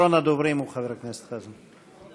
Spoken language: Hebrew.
אחרון הדוברים הוא חבר הכנסת חזן.